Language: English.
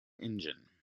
engine